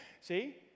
see